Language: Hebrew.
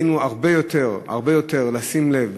עלינו הרבה יותר, הרבה יותר לשים לב